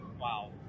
Wow